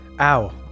Ow